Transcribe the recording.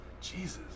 Jesus